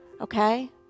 Okay